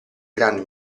gran